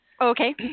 Okay